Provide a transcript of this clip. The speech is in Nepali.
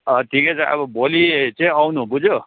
अँ ठिकै छ अब भोलि चाहिँ आउनू बुझ्यौ